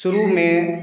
शुरू में